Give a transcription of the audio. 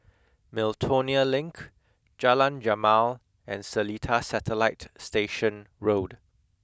Miltonia Link Jalan Jamal and Seletar Satellite Station Road